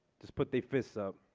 just put the fists.